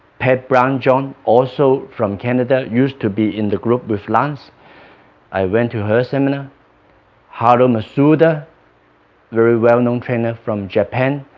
pat brown-john also from canada used to be in the group with lance i went to her seminar haruo masuda very well-known trainer from japan,